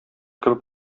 кебек